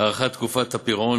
הארכת תקופת הפירעון.